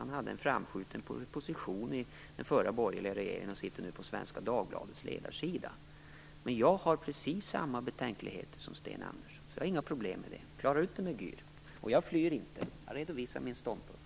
Han hade en framskjuten position i den förra borgerliga regeringen och sitter nu på Svenska Dagbladets ledarsida. Jag har precis samma betänkligheter som Sten Andersson. Jag har inga problem med det. Klara ut det med Gür! Jag flyr inte. Jag redovisar min ståndpunkt.